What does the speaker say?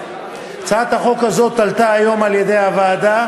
הצעת החוק הזו עלתה היום על-ידי הוועדה